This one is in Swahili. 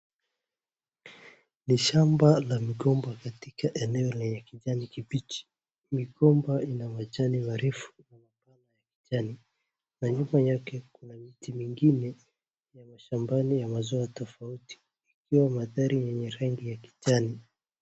Ni shamba la migomba katika eneo lenye kijani kimbichi. Migomba ina majani marefu na mapana ya kijani nyuma yake kuna miti mingine ya mashambani ya mazao tofauti ikiwa mandhari yenye rangi ya kijani.